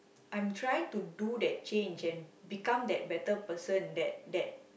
I'm trying to do that change and become that better person that that